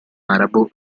arabo